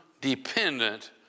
dependent